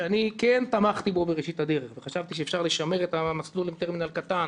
שאני כן תמכתי בו בראשית הדרך וחשבתי לשמר את המסלול עם טרמינל קטן,